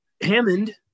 Hammond